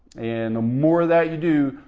and the more of that you do,